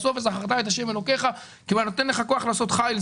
בסוף וזכרת את השם אלוקיך כי הוא הנותן לך כוח לעשות חיל.